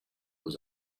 was